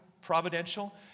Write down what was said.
providential